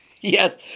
Yes